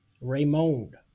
Raymond